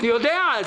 אני יודע.